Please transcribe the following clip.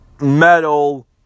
metal